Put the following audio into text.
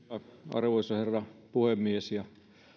arvoisa herra puhemies